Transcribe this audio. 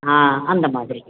ஆ அந்த மாதிரி